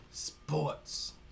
sports